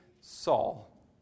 Saul